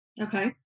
Okay